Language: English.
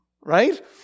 right